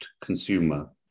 consumer